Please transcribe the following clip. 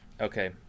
Okay